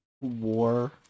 war